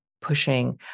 pushing